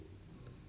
mm